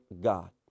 God